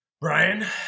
Brian